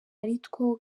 aritwo